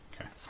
Okay